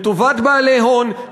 לטובת בעלי הון,